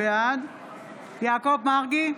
בעד יעקב מרגי,